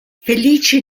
felice